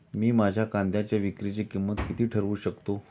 मी माझ्या कांद्यांच्या विक्रीची किंमत किती ठरवू शकतो?